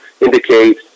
indicate